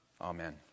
Amen